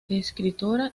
escritora